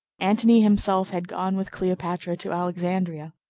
antony himself had gone with cleopatra to alexandria,